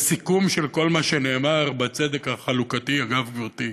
הסיכום של כל מה שנאמר בצדק החלוקתי, אגב, גברתי,